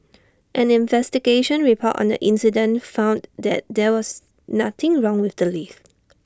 an investigation report on the incident found that there was nothing wrong with the lift